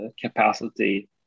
capacity